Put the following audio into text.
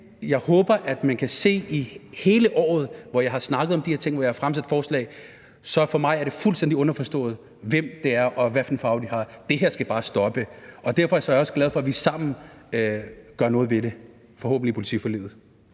jeg håber, at man kan se over hele året, hvor jeg har snakket om de her ting og har fremsat forslag, at det for mig er fuldstændig ligegyldigt, hvem det er, og hvad for en farve de har. Det her skal bare stoppe, og derfor er jeg også glad for, at vi sammen gør noget ved det, forhåbentlig i forbindelse